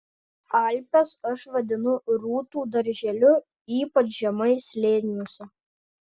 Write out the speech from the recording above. alpes aš vadinu rūtų darželiu ypač žemai slėniuose